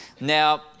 now